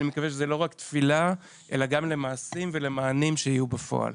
אני מקווה שזאת לא רק תפילה אלא גם למעשים ולמענים שיהיו בפועל.